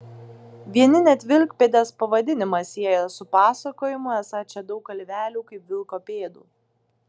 vieni net vilkpėdės pavadinimą sieja su pasakojimu esą čia daug kalvelių kaip vilko pėdų